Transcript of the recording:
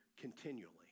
continually